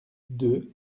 deux